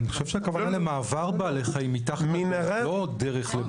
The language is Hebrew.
אני חושב שהכוונה למעבר בעלי חיים, מתחת, לא דרך.